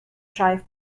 drive